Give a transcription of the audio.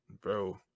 bro